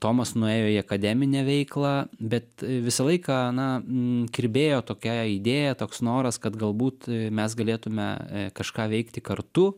tomas nuėjo į akademinę veiklą bet visą laiką na kirbėjo tokia idėja toks noras kad galbūt mes galėtume kažką veikti kartu